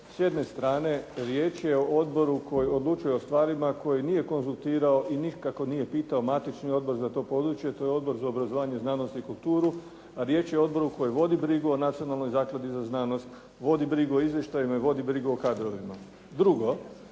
S jedne strane riječ je o odboru koji odlučuje o stvarima koji nije konzultirao i nikako nije pitao matični odbor za to područje, a to je Odbor za obrazovanje, znanost i kulturu, a riječ je o odboru koji vodu brigu o Nacionalnoj zakladi za znanost, vodi brigu o izvještajima i vodi brigu o kadrovima. Drugo.